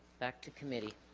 back to committee